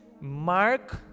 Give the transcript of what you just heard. mark